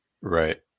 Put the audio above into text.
Right